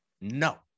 no